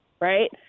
Right